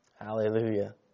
Hallelujah